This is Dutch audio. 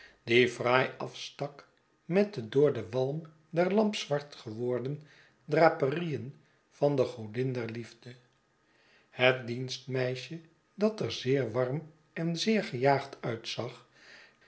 die fraai afstak met de door den walm der lamp zwart geworden draperien van de godin der liefde het dienstmeisje dat er zeer warm en zeer gejaagd uitzag